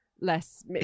less